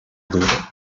dur